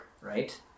right